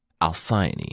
Alcyone